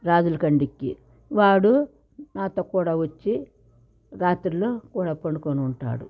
రాజుల కండెక్కి వాడు నాతో కూడా వచ్చి రాత్రిళ్ళు కూడా పండుకుని ఉంటాడు